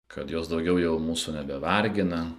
kad jos daugiau jau mūsų nebevargina